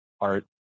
Art